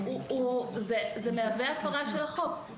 זה מהווה הפרה של החוק,